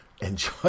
enjoy